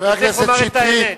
צריך לומר את האמת.